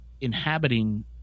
inhabiting